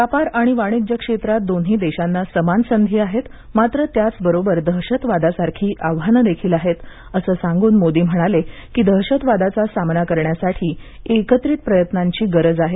व्यापार आणि वाणिज्य क्षेत्रात दोन्ही देशांना समान संधी आहेत मात्र त्याच बरोबर दहशतवादासारखी आव्हानं देखील आहेत असं सांगून मोदी म्हणाले की दहशतवादाचा सामना करण्यासाठी एकत्रित प्रयत्नांची गरज आहे